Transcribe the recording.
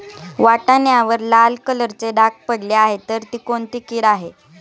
वाटाण्यावर लाल कलरचे डाग पडले आहे तर ती कोणती कीड आहे?